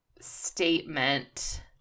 statement